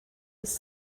his